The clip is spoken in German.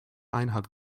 einhalt